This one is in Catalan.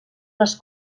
les